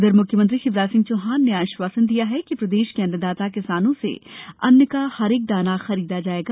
उधर मुख्यमंत्री शिवराज सिंह चौहान ने आश्वासन दिया कि प्रदेश के अन्नदाता किसानों से अन्न का हर एक दाना खरीदा जायेगा